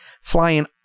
Flying